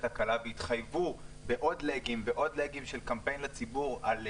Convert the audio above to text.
הקלה והתחייבו בעוד לגים ועוד לגים של קמפיין לציבור עד